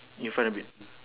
in front a bit